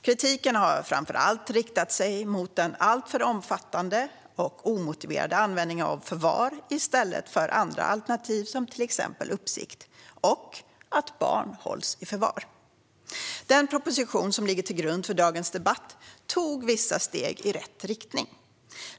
Kritiken har framför allt riktats mot den alltför omfattande och omotiverade användningen av förvar i stället för andra alternativ, till exempel uppsikt, och att barn hålls i förvar. Den proposition som ligger till grund för dagens debatt tog vissa steg i rätt riktning.